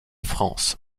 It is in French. france